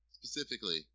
Specifically